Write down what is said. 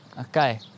Okay